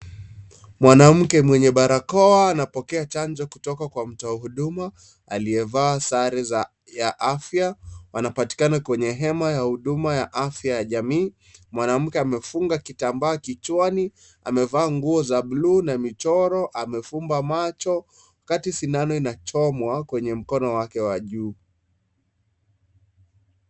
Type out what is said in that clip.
Mwanamke mwenye barakoa anapokea chanjo kutoka kwa mtu wa Huduma aliyevaa sare ya afya, wanapatikana kwenye hema ya huduma ya afya ya jamii. Mwanamke amefunga kitambaa kichwani, amevaa nguo za blue na na michoro amefumba macho wakati sindano inachomwa kwenye mkono wake wa juu.